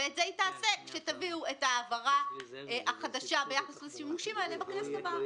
את זה היא תעשה כשתביאו את העברה החדשה ביחס לשימושים האלה בכנסת הבאה.